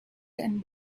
and